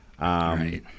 Right